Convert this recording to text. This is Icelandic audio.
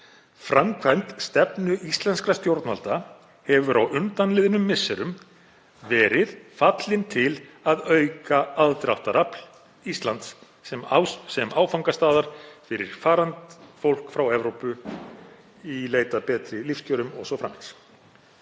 Framkvæmd stefnu íslenskra stjórnvalda hefur á undanliðnum misserum verið fallin til að auka „aðdráttarafl“ (e. Pull factor) Íslands sem áfangastaðar fyrir farandfólk frá Evrópu í leit að betri lífskjörum.“ Framkvæmd